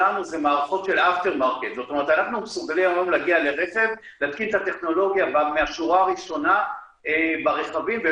הנושא שלנו על סדר היום: הטמעת אמצעים טכנולוגיים להצלת חיי אדם ומיגור